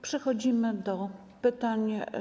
Przechodzimy do pytań.